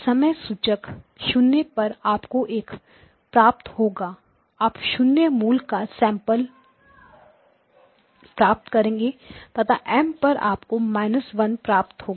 समय सूचकांक 0 पर आपको एक 1 प्राप्त होगा आप 0 मूल्य का सैंपल प्राप्त करेंगे तथा एम M पर आपको माइनस वन प्राप्त होगा